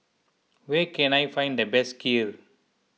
where can I find the best Kheer